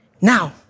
Now